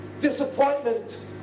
disappointment